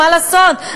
מה לעשות,